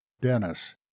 Dennis